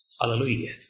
Hallelujah